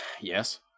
Yes